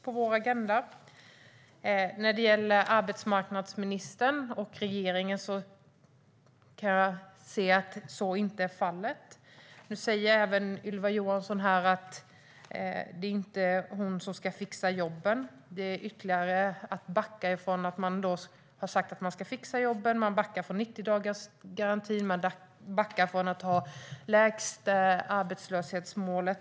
Så är inte fallet med arbetsmarknadsministern och regeringen. Ylva Johansson säger att det inte är hon som ska fixa jobben. Det är att backa ytterligare från det man har sagt. Man backar från att man ska fixa jobben, från 90-dagarsgarantin och från målet att ha EU:s lägsta arbetslöshet.